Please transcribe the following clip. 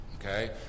Okay